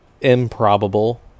improbable